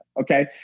Okay